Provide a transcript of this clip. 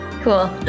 cool